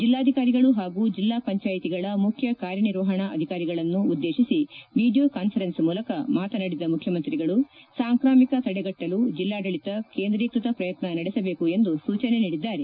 ಜಿಲ್ಲಾಧಿಕಾರಿಗಳು ಹಾಗೂ ಜಿಲ್ನಾ ಪಂಚಾಯಿತಿಗಳ ಮುಖ್ಯಕಾರ್ಯ ನಿರ್ವಹಣಾ ಅಧಿಕಾರಿಗಳನ್ನು ಉದ್ದೇಶಿಸಿ ವಿಡಿಯೋ ಕಾನ್ದರೆನ್ಸ್ ಮೂಲಕ ಮಾತನಾಡಿದ ಮುಖ್ಚುಮಂತ್ರಿಗಳು ಸಾಂಕ್ರಾಮಿಕ ತಡೆಗಟ್ಟಲು ಜಿಲ್ಲಾಡಳಿತ ಕೇಂದ್ರೀಕೃತ ಪ್ರಯತ್ನ ನಡೆಸಬೇಕು ಎಂದು ಸೂಚನೆ ನೀಡಿದ್ದಾರೆ